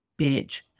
bitch